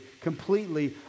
completely